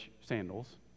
sandals